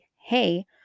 Hey